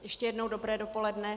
Ještě jednou dobré dopoledne.